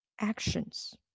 actions